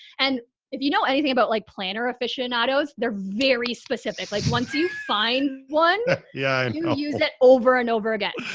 and if you know anything about like planner aficionados, they're very specific. like once you find one, yeah and you know use it over and over again.